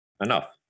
enough